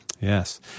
yes